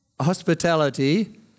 hospitality